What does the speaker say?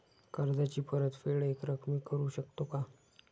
कर्जाची परतफेड एकरकमी करू शकतो का?